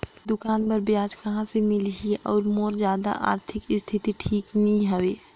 छोटे दुकान बर ब्याज कहा से मिल ही और मोर जादा आरथिक स्थिति ठीक नी हवे?